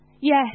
Yes